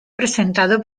presentado